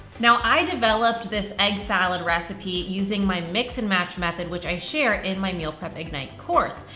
now i developed this egg salad recipe using my mix and match method, which i share in my meal prep ignite course.